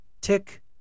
Tick